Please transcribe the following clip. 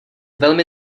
velmi